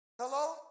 Hello